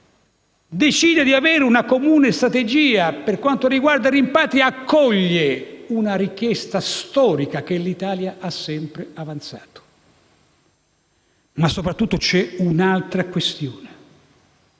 decide di adottare una strategia comune per quanto riguarda i rimpatri, accoglie una richiesta storica che l'Italia ha sempre avanzato. Soprattutto c'è un'altra questione: